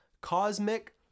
Cosmic